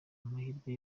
amahirwe